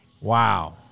Wow